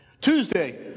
Tuesday